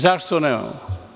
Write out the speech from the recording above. Zašto nemamo?